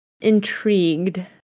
intrigued